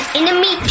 enemy